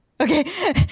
Okay